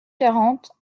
quarante